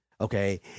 okay